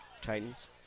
Titans